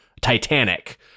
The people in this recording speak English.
Titanic